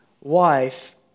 wife